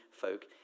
folk